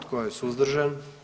Tko je suzdržan?